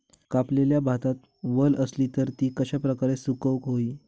कापलेल्या भातात वल आसली तर ती कश्या प्रकारे सुकौक होई?